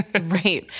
Right